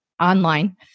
Online